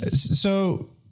so